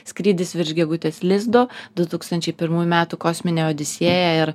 skrydis virš gegutės lizdo du tūkstančiai pirmųjų metų kosminė odisėja ir